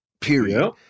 period